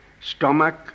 stomach